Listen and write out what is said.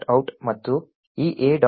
out ಮತ್ತು ಈ a